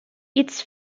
its